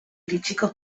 iritsiko